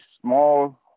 small